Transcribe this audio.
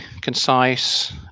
concise